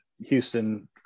Houston